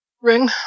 Ring